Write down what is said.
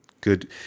Good